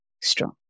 strong